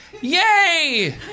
Yay